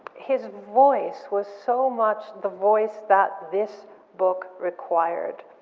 his voice was so much the voice that this book required,